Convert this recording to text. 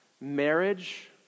marriage